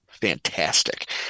fantastic